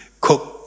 cook